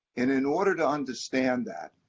and in order to understand that,